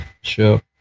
Sure